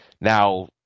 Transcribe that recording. Now